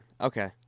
Okay